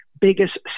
biggest